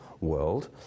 world